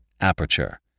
aperture